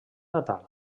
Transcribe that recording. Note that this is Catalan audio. natal